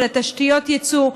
של תשתיות היצוא.